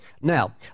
Now